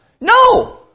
No